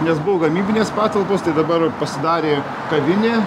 nes buvo gamybinės patalpos tai dabar pasidarė kavinė